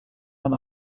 man